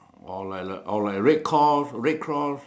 or like like oh like red call red cross